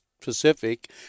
Pacific